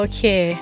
Okay